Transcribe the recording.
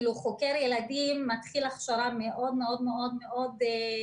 חוקר ילדים מתחיל הכשרה מאוד מאוד מעמיקה,